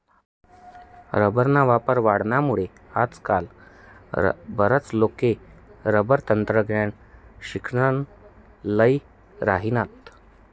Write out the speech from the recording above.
रबरना वापर वाढामुये आजकाल बराच लोके रबर तंत्रज्ञाननं शिक्सन ल्ही राहिनात